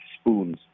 spoons